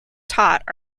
taught